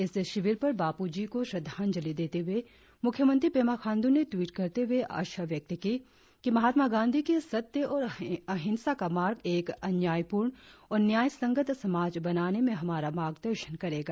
इस अवसर पर बाप्रजी को श्रद्धांजली देते हुए मुख्यमंत्री पेमा खांडू ने टवीट करते हुए आशा व्यक्त की कि महात्मा गांधी के सत्य और अहिंसा का मार्ग एक अन्यायपूर्ण और न्यायसंगत समाज बनाने में हमारा मार्गदर्शन करेगा